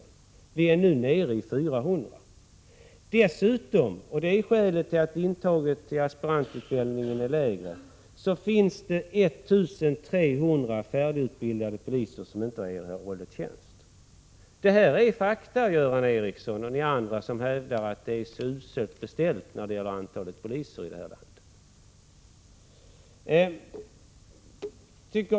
Antalet är nu nere i 400. Dessutom — och det är skälet till att intagningen till aspirantutbildningen är lägre — finns det 1 300 färdigutbildade poliser som inte har erhållit tjänst. Detta är fakta, Göran Ericsson och andra som hävdar att det är så uselt ställt när det gäller antalet poliser i vårt land.